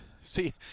See